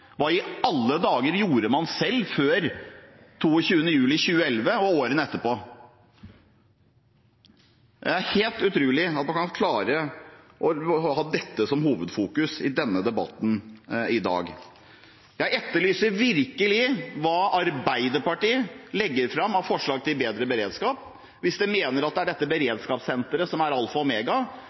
Hva i alle dager gjorde man selv før 22. juli 2011 og årene etterpå? Det er helt utrolig at man kan klare å ha dette som hovedfokus i denne debatten i dag. Jeg etterlyser virkelig hva Arbeiderpartiet legger fram av forslag til bedre beredskap. Hvis de mener at det er dette beredskapssenteret som er